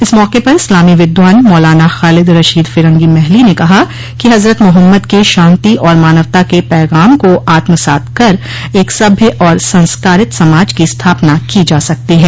इस मौके पर इस्लामी विद्वान मौलाना खालिद रशीद फिरंगो महली ने कहा कि हजरत मोहम्मद के शान्ति और मानवता के पैगाम को आत्मसात कर एक सभ्य और संस्कारित समाज की स्थापना की जा सकती है